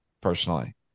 personally